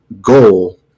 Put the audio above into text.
goal